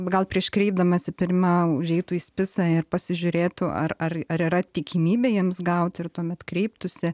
gal prieš kreipdamasi pirma užeitų į spisą ir pasižiūrėtų ar ar ar yra tikimybė jiems gaut ir tuomet kreiptųsi